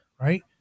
right